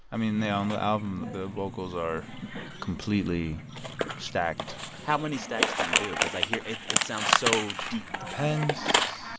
i mean, on um the album, the vocals are completely stacked how many stacks do you do? because i hear it it sounds so deep depends.